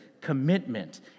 commitment